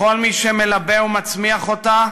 כל מי שמלבה ומצמיח אותה,